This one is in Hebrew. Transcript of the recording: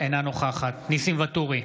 אינה נוכחת ניסים ואטורי,